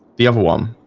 the other one